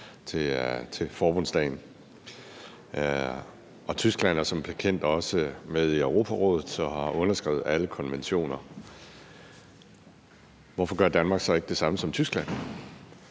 til Forbundsdagen, og Tyskland er som bekendt også med i Europarådet og har underskrevet alle konventioner. Hvorfor gør Danmark så ikke det samme som Tyskland?